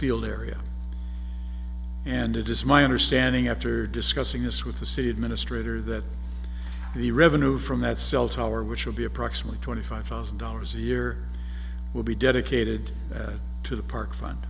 field area and it is my understanding after discussing this with the city administrator that the revenue from that cell tower which will be approximately twenty five thousand dollars a year will be dedicated to the park fun